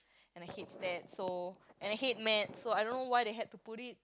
and I hate stats so and I hate maths so I don't know why they had to put it